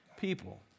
people